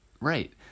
Right